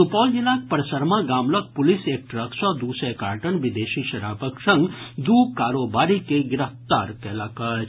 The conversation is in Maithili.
सुपौल जिलाक परसरमा गाम लग पुलिस एक ट्रक सँ दू सय कार्टन विदेशी शराबक संग दू कारोबारी के गिरफ्तार कयलक अछि